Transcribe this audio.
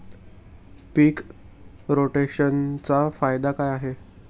पीक रोटेशनचा फायदा काय आहे?